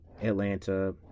Atlanta